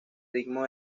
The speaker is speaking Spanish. ritmo